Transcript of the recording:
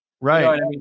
Right